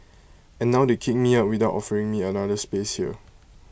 and now they kick me out without offering me another space here